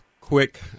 quick